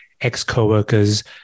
ex-coworkers